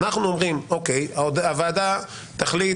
אנחנו אומרים שהוועדה תחליט,